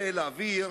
כדי להעביר